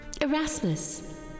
Erasmus